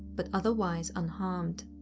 but otherwise unharmed.